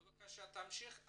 בבקשה תמשיך.